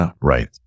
Right